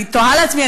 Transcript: אני תוהה על עצמי.